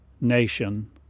nation